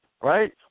right